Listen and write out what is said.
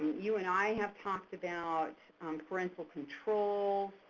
you and i have talked about parental controls.